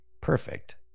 perfect